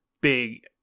big